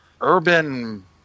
urban